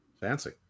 fancy